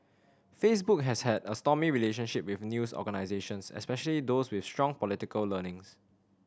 Facebook has had a stormy relationship with news organisations especially those with strong political leanings